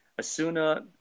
Asuna